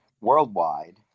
worldwide